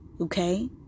Okay